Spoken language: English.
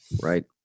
right